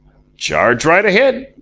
charge right ahead,